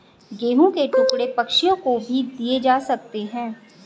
गेहूं के टुकड़े पक्षियों को भी दिए जा सकते हैं